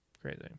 Crazy